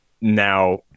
now